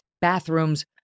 bathrooms